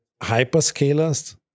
hyperscalers